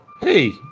hey